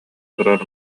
турар